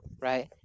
right